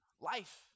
Life